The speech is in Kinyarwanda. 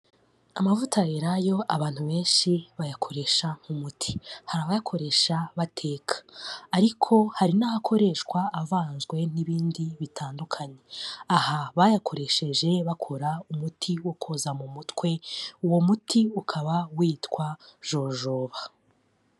Amavuta ya Elayo abantu benshi bayakoresha nk'umuti, hari abayakoresha bateka ariko hari n'aho akoreshwa avanzwe n'ibindi bitandukanye. Aha bayakoresheje bakora umuti wo koza mu mutwe, uwo muti ukaba witwa Jojoba.